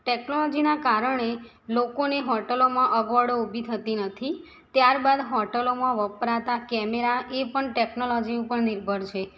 ટેકનોલોજીના કારણે લોકોને હોટૅલોમાં અગવડો ઉભી થતી નથી ત્યારબાદ હોટૅલોમા વાપરતા કેમેરા એ પણ ટેકનોલોજી ઉપર નિર્ભર છે